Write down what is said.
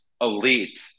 elite